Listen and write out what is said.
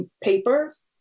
papers